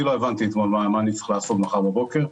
אני לא הבנתי מה אני צריך לעשות מחר בבוקר.